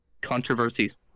controversies